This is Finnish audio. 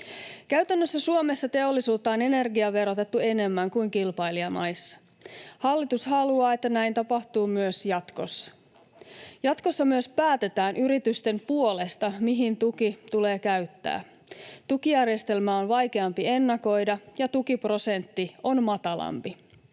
Käytännössä Suomessa teollisuutta on energiaverotettu enemmän kuin kilpailijamaissa. Hallitus haluaa, että näin tapahtuu myös jatkossa. Jatkossa myös päätetään yritysten puolesta, mihin tuki tulee käyttää. Tukijärjestelmä on vaikeampi ennakoida, ja tukiprosentti on matalampi.